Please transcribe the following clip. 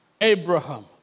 Abraham